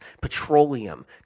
petroleum